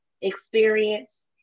experience